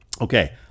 Okay